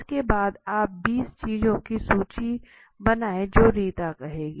इसके बाद आप 20 चीज़ों की सूची बनाये जो रीता कहेगी